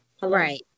right